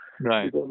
Right